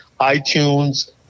iTunes